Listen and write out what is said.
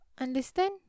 Understand